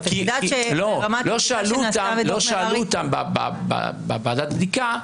לא שאלו אותם בוועדת הבדיקה.